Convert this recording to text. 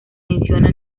menciona